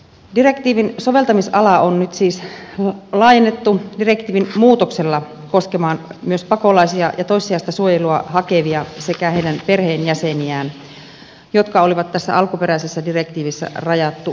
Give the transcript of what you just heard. direktiivin soveltamisalaa on nyt siis laajennettu direktiivin muutoksella koskemaan myös pakolaisia ja toissijaista suojelua hakevia sekä heidän perheenjäseniään jotka oli tässä alkuperäisessä direktiivissä rajattu ulkopuolelle